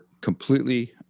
completely